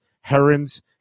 herons